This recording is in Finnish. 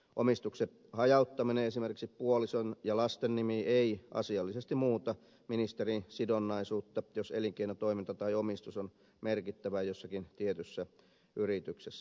omistuksen hajauttaminen esimerkiksi puolison ja lasten nimiin ei asiallisesti muuta ministerin sidonnaisuutta jos elinkeinotoiminta tai omistus on merkittävää jossakin tietyssä yrityksessä